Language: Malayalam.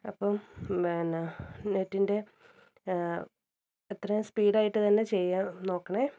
അപ്പം പിന്നെ നെറ്റിൻ്റെ എത്രയും സ്പീഡായിട്ട് തന്നെ ചെയ്യാൻ നോക്കണേ